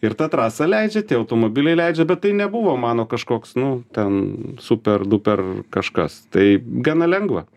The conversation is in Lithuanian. ir ta trasa leidžia tie automobiliai leidžia bet tai nebuvo mano kažkoks nu ten super duper kažkas tai gana lengva